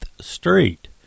Street